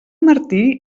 martí